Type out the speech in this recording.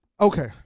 okay